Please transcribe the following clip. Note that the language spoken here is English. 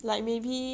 like